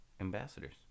Ambassadors